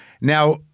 Now